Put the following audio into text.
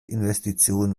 investition